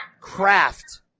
craft